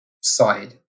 side